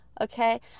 okay